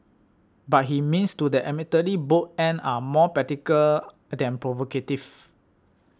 but his means to that admittedly bold end are more practical than provocative